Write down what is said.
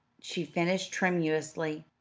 she finished tremulously,